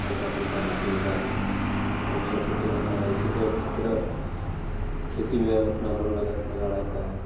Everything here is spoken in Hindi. हल्का फुल्का हँसी मज़ाक गपशप होते रहता है इसी तरह किसी तरह खेती में अपना मन लगा लगा रहता है